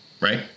right